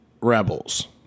rebels